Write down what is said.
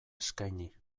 eskaini